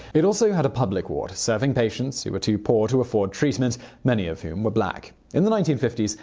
it also had a public ward, serving patients who were too poor to afford treatment many of whom were black. in the nineteen fifty s,